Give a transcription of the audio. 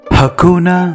Hakuna